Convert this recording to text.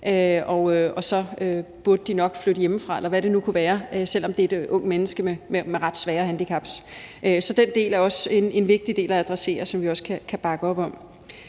18 år, burde de nok flytte hjemmefra, eller hvad det nu kan være, selv om der er tale om unge mennesker med ret svære handicaps. Så den del af det er også vigtigt at adressere, og det er også noget, vi kan bakke op om.